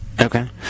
Okay